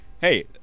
hey